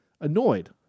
annoyed